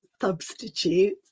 substitute